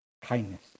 kindness